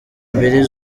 mbiri